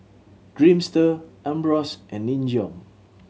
Dreamster Ambros and Nin Jiom